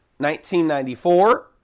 1994